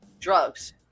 Drugs